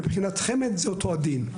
מבחינת חמ"ד זה אותו הדין.